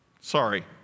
Sorry